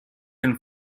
and